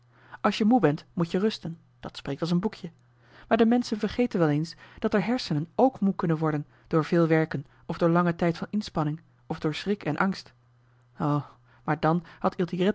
als je moe bent moet-je rusten dat spreekt als een boekje maar de menschen vergeten wel eens dat d'r hersenen k moe kunnen worden door veel werken of door langen tijd van inspanning of door schrik en angst o maar dan had il